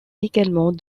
également